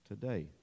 today